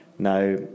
Now